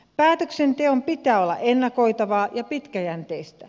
päätöksenteon pitää olla ennakoitavaa ja pitkäjänteistä